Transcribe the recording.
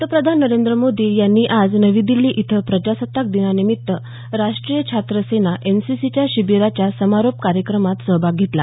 पंतप्रधान नरेंद्र मोदी यांनी आज नवी दिल्ली इथं प्रजासत्ताक दिनानिमित्त राष्टीय छात्र सेना एनसीसीच्या शिबिराच्या समारोप कार्यक्रमात सहभाग घेतला